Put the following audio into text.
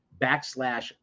backslash